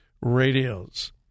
radios